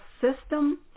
system